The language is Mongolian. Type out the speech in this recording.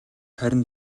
харин